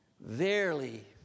Verily